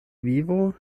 vivo